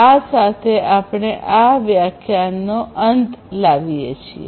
આ સાથે આપણે આ વ્યાખ્યાનનો અંત આણીએ છીએ